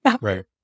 right